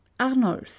arnulf